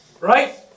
right